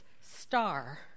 star